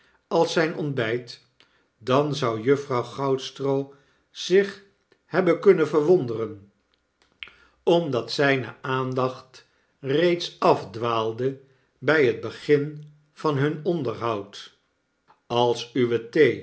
als zyn ontbyt dan zou juffrouw goudstroo zich hebben kunnen verwonderen omdat zijne aandacht reeds afdwaalde by het begin van hun onderhoud als uwe